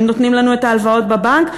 הם נותנים לנו את ההלוואות בבנק,